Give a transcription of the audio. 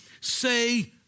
Say